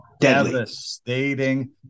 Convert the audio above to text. devastating